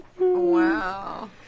Wow